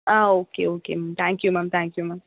ah okay okay ma'am thank you ma'am thank you ma'am